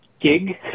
gig